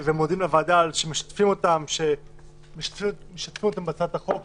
ומודים לה על זה שמשתפים אותם בהצעת החוק,